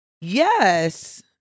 Yes